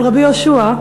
על רבי יהושע,